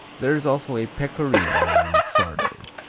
there is also a pecorino named sardo.